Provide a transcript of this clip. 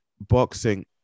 Boxing